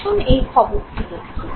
আসুন এই খবরটি দেখি